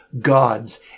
God's